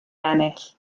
ennill